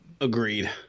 agreed